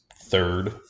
third